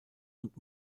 und